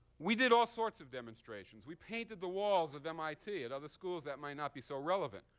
we did all sorts of demonstrations. we painted the walls of mit at other schools that might not be so relevant.